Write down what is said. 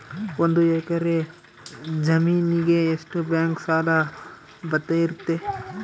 ಒಂದು ಎಕರೆ ಜಮೇನಿಗೆ ಎಷ್ಟು ಬ್ಯಾಂಕ್ ಸಾಲ ಬರ್ತೈತೆ?